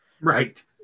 Right